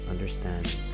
Understand